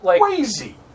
crazy